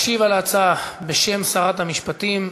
משיב על ההצעה, בשם שרת המשפטים,